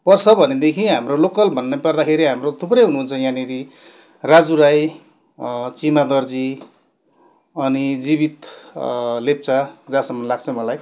पर्छ भनेदेखि हाम्रो लोकल भन्नुपर्दाखेरि हाम्रो थुप्रै हुनुहुन्छ यहाँनिर राजु राई चिमा दर्जी अनि जीवित लेप्चा जहाँसम्म लाग्छ मलाई